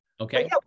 Okay